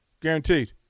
Guaranteed